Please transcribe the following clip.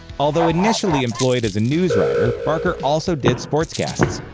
ah though initially employed as a news writer, barker also did sportscasts.